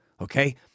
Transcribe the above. okay